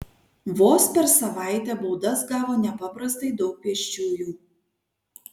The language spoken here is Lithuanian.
vos per savaitę baudas gavo nepaprastai daug pėsčiųjų